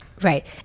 Right